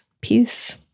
peace